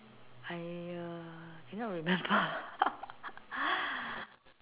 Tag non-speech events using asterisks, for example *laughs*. I uh cannot remember *laughs*